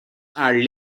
are